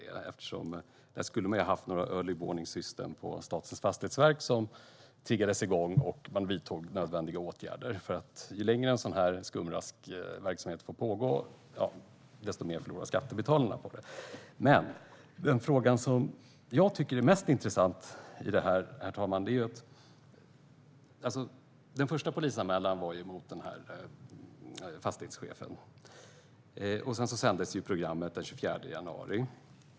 Där skulle man i stället ha haft några early warning systems på Statens fastighetsverk som triggades igång och ledde till att nödvändiga åtgärder vidtogs. Ju längre en sådan här skumraskverksamhet får pågå, desto mer förlorar skattebetalarna på det. Herr talman! Jag går nu över till den fråga som jag tycker är mest intressant. Den första polisanmälan gällde fastighetschefen. Sedan sändes programmet den 24 januari.